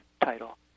title